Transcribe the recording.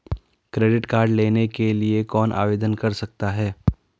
Credit card लेने के लिए कौन आवेदन कर सकता है?